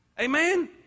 Amen